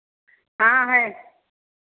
हाँ है